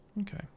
Okay